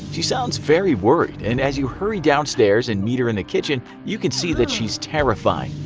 she sounds very worried, and as you hurry downstairs and meet her in the kitchen you can see that she's terrified.